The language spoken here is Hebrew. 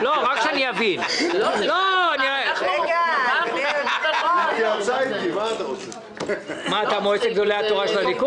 תשאל את הבוס שלך, הבוס שלך